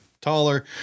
taller